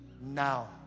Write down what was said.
now